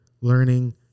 learning